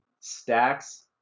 Stacks